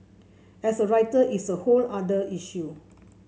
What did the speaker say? as a writer it's a whole other issue